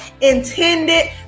intended